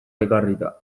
ekarrita